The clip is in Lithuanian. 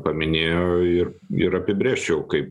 paminėjo ir ir apibrėžčiau kaip